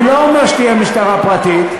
אני לא אומר שתהיה משטרה פרטית.